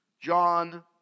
John